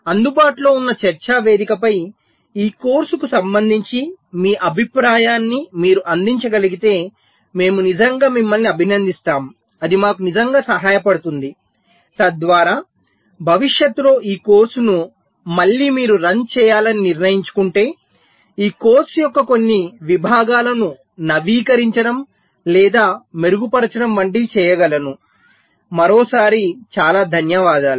అందుబాటులో ఉన్న చర్చా వేదికపై ఈ కోర్సుకు సంబంధించి మీ అభిప్రాయాన్ని మీరు అందించగలిగితే మేము నిజంగా మిమ్మల్ని అభినందిస్తాం అది మాకు నిజంగా సహాయపడుతుంది తద్వారా భవిష్యత్తులో ఈ కోర్సును మళ్లీ రన్ చేయాలని మీరు నిర్ణయించుకుంటే ఈ కోర్సు యొక్క కొన్ని విభాగాలను నవీకరించడం లేదా మెరుగుపరచడం వంటివి చేయగలము